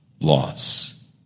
loss